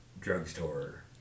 drugstore